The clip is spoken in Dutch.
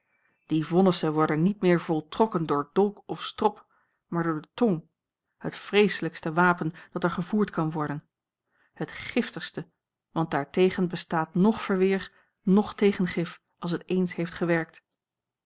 die vonnissen worden niet meer voltrokken door dolk of strop maar door de tong het vreeslijkste wapen dat er gevoerd kan worden het giftigste want daartegen bestaat noch verweer noch tegengif als het eens heeft gewerkt